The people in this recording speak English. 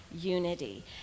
unity